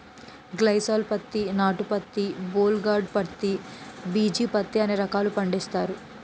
గ్లైసాల్ పత్తి నాటు పత్తి బోల్ గార్డు పత్తి బిజీ పత్తి అనే రకాలు పండిస్తారు